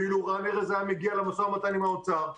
ואילו רן ארז היה מגיע למשא ומתן עם האוצר,